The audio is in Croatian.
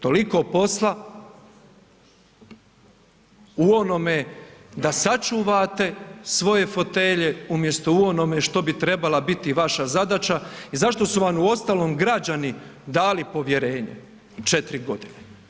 Toliko posla u onome da sačuvate svoje fotelje umjesto u onome što bi trebala biti vaša zadaća i zašto su vam uostalom građani dali povjerenje 4 godine.